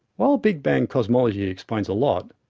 while big bang cosmology explains a lot,